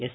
S